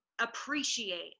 appreciate